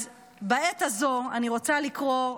אז בעת הזו אני רוצה לקרוא,